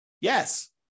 Yes